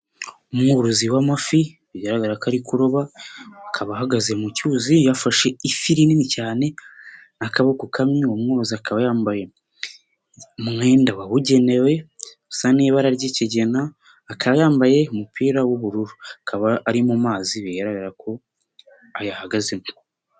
Umwurozi w'amafi bigaragara ko ari kuroba, akaba ahahagaze mu cyuzi yafashe ifi rinini cyane, akaboko kamwe uyu mwurozi akaba yambaye umwenda wabugenewe, usa nk'ibara ry'ikigina, akaba yambaye umupira w'ubururu, akaba ari mu mazi bigaragara ko ayahagazemo.